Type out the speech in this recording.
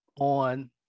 on